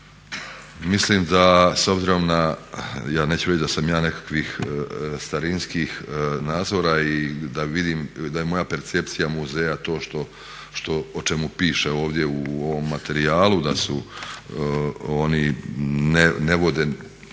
Mislim da s obzirom na ja neću reći da sam ja nekakvih starinskih nazora i da vidim, da je moja percepcija muzeja to što o čemu piše ovdje u ovom materijalu da su oni, ne vode